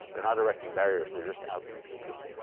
they're not erecting barriers, they're just out competing.